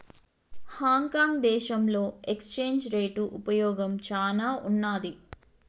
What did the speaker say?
Hong Kong దేశంలో exchange rate ఉపయోగం చానా ఉన్నాది